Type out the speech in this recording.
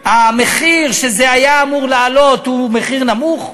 המחיר שזה היה אמור לעלות הוא מחיר נמוך,